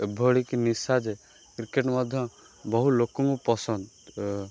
ଏଭଳିକି ନିଶା ଯେ କ୍ରିକେଟ୍ ମଧ୍ୟ ବହୁ ଲୋକଙ୍କୁ ପସନ୍ଦ